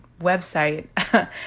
website